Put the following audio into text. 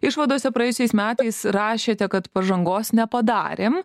išvadose praėjusiais metais rašėte kad pažangos nepadarėm